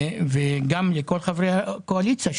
וגם לכל חברי הקואליציה שיתמכו.